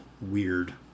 weird